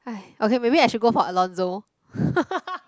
okay maybe I should go for Alonso